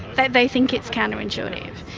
that they think it's counter-intuitive.